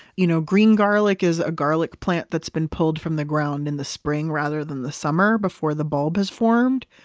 you know green garlic is a garlic plant that's been pulled from the ground in the spring rather than the summer before the bulb has formed.